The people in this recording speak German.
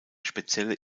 spezielle